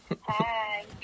Hi